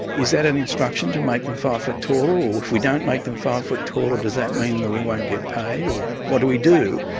is that an instruction to make them five foot taller, or if we don't make then five foot taller does that mean that we won't get paid, or what do we do?